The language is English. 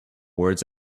words